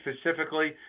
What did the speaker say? specifically